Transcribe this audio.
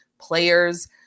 players